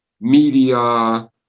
media